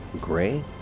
Gray